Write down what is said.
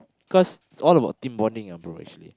cause it's all about team bonding bro actually